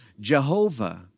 Jehovah